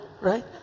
right